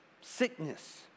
sickness